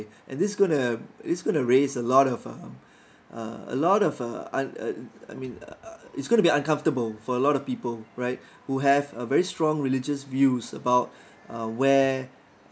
and this gonna it's gonna raise a lot of uh uh a lot of uh un~ I mean uh it's gonna be uncomfortable for a lot of people right who have uh very strong religious views about uh where